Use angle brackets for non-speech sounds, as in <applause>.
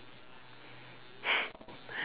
<laughs>